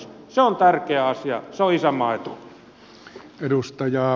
se on tärkeä asia se on isänmaan etu